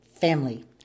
family